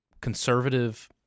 conservative –